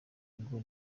ngo